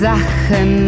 Sachen